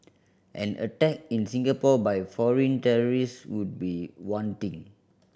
an attack in Singapore by foreign terrorists would be one thing